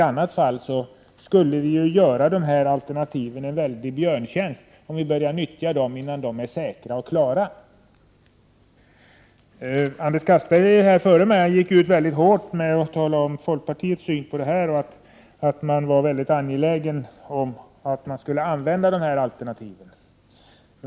Om vi börjar nyttja dessa alternativ innan de är säkra och klara, skulle vi göra dem en björntjänst. Anders Castberger, som talade före mig, gick ut hårt med att tala om folkpartiets syn och säga att man var mycket angelägen om att man skall använda dessa alternativ.